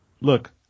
Look